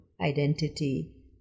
identity